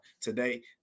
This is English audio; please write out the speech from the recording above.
today